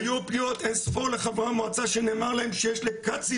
היו פניות אין ספור לחברי המועצה שנאמר להם שיש לקצין